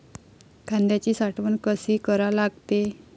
कांद्याची साठवन कसी करा लागते?